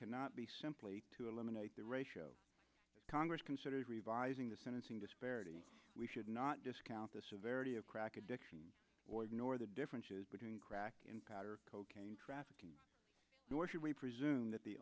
cannot be simply to eliminate the ratio of congress considered revising the sentencing disparity we should not discount the severity of crack addiction or ignore the differences between crack and powder cocaine trafficking nor should we presume that the